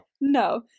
No